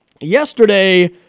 Yesterday